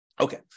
Okay